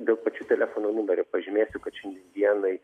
dėl pačių telefono numerių pažymėsiu kad šiai dienai